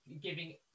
giving